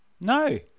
No